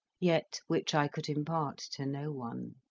yet which i could impart to no one,